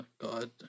God